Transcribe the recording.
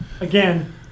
Again